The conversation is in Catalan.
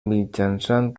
mitjançant